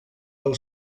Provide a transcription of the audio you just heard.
del